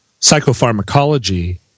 psychopharmacology